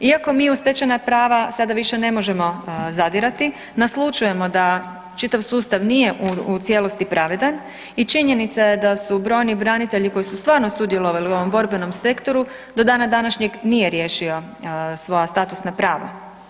Iako mi u stečena prava sada više ne možemo zadirati, naslućujemo da čitav sustav nije u cijelosti pravedan i činjenica je da su brojni branitelji koji su stvarno sudjelovali u ovom borbenom sektoru do dana današnjeg nije riješio svoja statusna prava.